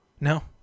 No